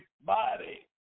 body